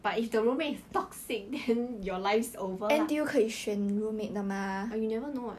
but if the roommate is toxic then your life is over lah but you never know [what]